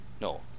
No